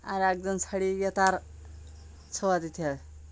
আর একজন ছাড়িয়ে গ তার আর ছোয় দিত